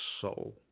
soul